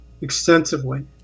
extensively